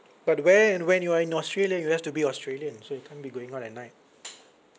but where and when you are in australia you have to be australian so you can't be going out at night